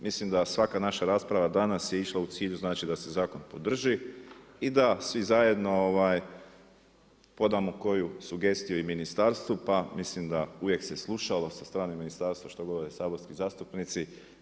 Mislim da svaka naša rasprava danas je išla u cilju, znači da se zakon podrži i da svi zajedno podamo koju sugestiju i ministarstvu pa mislim da uvijek se slušalo sa strane ministarstva što govore saborski zastupnici.